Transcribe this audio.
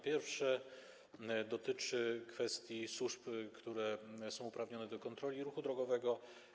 Pierwsze dotyczy kwestii służb, które są uprawnione do kontroli ruchu drogowego.